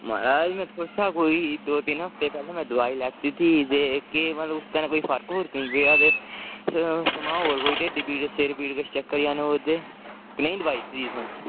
महाराज में तुसें कोई दो तिन हफ्ते पैह्ले में दवाई लैती थी जे केह् मतलब उसदे कन्नै कोई फर्क फुर्क नी पेआ ते सनाओ होर कोई ढिड्ढ पीड़ सिर पीढ़ किश चक्कर जन होए करदे कनेही दवाई दित्ती तुसें